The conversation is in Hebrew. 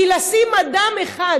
כי לשים אדם אחד